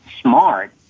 smart